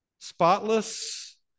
spotless